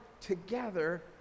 together